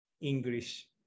english